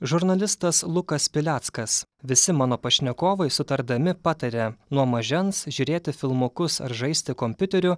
žurnalistas lukas pileckas visi mano pašnekovai sutardami pataria nuo mažens žiūrėti filmukus ar žaisti kompiuteriu